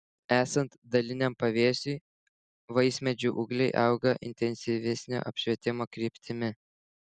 esant daliniam pavėsiui vaismedžių ūgliai auga intensyvesnio apšvietimo kryptimi